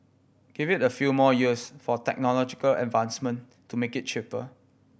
give it a few more years for technological advancement to make it cheaper